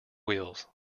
wheels